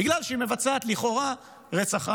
בגלל שהיא מבצעת לכאורה רצח עם,